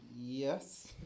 Yes